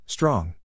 Strong